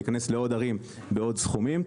להיכנס לעוד ערים בעוד סכומים,